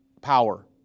power